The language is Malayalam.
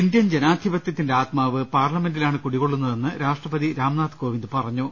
ഇന്ത്യൻ ജനാധിപത്യത്തിന്റെ ആത്മാവ് പാർലമെന്റിലാണ് കുടികൊ ള്ളുന്നതെന്ന് രാഷ്ട്രപതി രാംനാഥ് കോവിന്ദ് പറഞ്ഞു